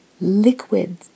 liquid